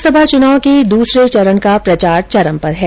लोकसभा चुनाव के दूसरे चरण का प्रचार चरम पर है